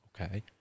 Okay